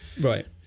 Right